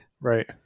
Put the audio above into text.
Right